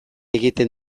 egiten